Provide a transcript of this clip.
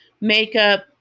makeup